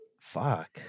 Fuck